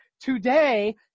Today